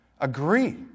agree